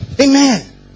Amen